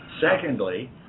Secondly